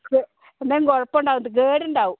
എന്തെങ്കിലും കുഴപ്പം ഉണ്ടാവും കേടുണ്ടാവും